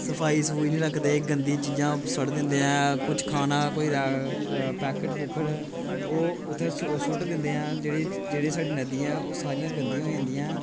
सफाई सफुई नीं रक्खदे गंदी चीजां सुट्ट दिंदे आं कुछ खाना कोई पैकेट पुकेट ओह् उ'दे बिच्च सुट्ट दिंदे आं जेह्ड़ी साढ़ी नदियां ऐ ओह् सारी गंदियां होई जंदियां